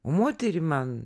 o moterį man